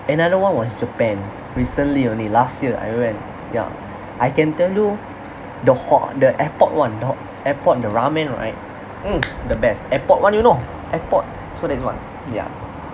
another one was japan recently only last year I went yeah I can tell you the hua~ the airport !wah! dawg airport the ramen right mm the best airport one you know airport so that's one yeah